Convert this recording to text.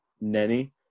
Nenny